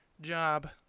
job